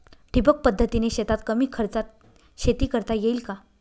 ठिबक पद्धतीने शेतात कमी खर्चात शेती करता येईल का?